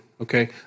okay